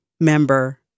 member